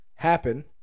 happen